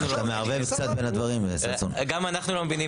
גם אנחנו,